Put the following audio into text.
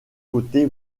côté